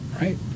right